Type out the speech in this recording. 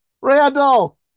Randall